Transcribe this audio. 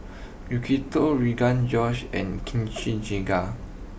Yakitori Rogan Josh and Kimchi Jjigae